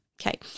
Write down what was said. Okay